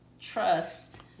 trust